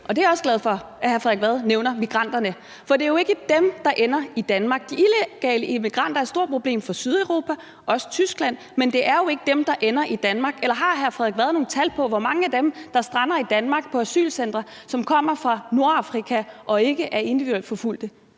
Jeg er også glad for, at hr. Frederik Vad nævner migranterne, for det er jo ikke dem, der ender i Danmark. De illegale migranter er et stort problem for Sydeuropa og også for Tyskland, men det er jo ikke dem, der ender i Danmark. Eller har hr. Frederik Vad nogle tal på, hvor mange af dem, som strander på asylcentrene i Danmark, der kommer fra Nordafrika og ikke er individuelt forfulgt?